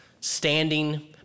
standing